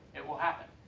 it will happen.